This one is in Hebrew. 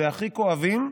והכי כואבים,